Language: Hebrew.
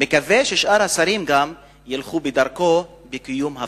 ומקווה שגם שאר השרים ילכו בדרכו בקיום הבטחותיהם.